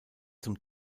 zum